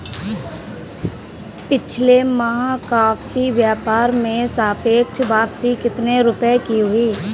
पिछले माह कॉफी व्यापार में सापेक्ष वापसी कितने रुपए की हुई?